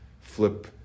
flip